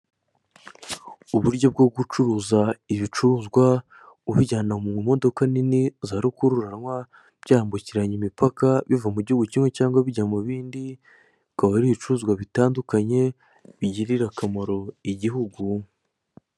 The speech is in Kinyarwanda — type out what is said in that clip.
Uburyo bwo gucuriza ibicuruzwa ubijyana mu modoka nini za rikururanwa, byambukiranya imipaka, biva mu gihugu kimwe cyangwa bijya mu bindi, bikaba ari ibicuruzwa bitandukanye bigirira akamaro igihugu.